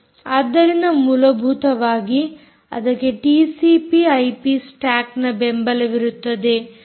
ಆದ್ದರಿಂದ ಮೂಲಭೂತವಾಗಿ ಅದಕ್ಕೆ ಟಿಸಿಪಿ ಐಪಿ ಸ್ಟಾಕ್ ನ ಬೆಂಬಲವಿರುತ್ತದೆ